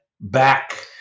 back